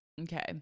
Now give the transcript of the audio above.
Okay